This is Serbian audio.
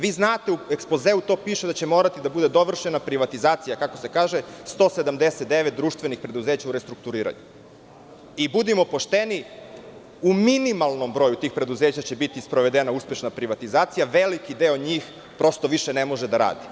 Vi znate, u ekspozeu to piše da će morati da bude dovršena privatizacija kako se kaže 179 društvenih preduzeća u restrukturiranju, i budimo pošteni u minimalnom broju tih preduzeća će biti sprovedena uspešna privatizacija, veliki deo njih prosto više ne može da radi.